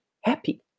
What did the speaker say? happy